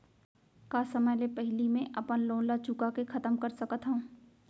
का समय ले पहिली में अपन लोन ला चुका के खतम कर सकत हव?